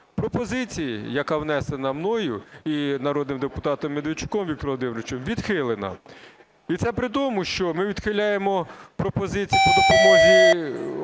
Пропозиція, яка внесена мною і народним депутатом Медведчуком Віктором Володимировичем, відхилена. І це при тому, що ми відхиляємо пропозиції по допомозі